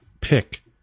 pick